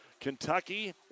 Kentucky